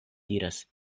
diras